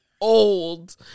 old